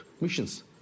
missions